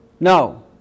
No